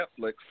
Netflix